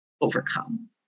overcome